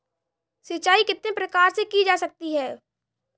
सिंचाई कितने प्रकार से की जा सकती है?